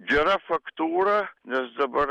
gera faktūra nes dabar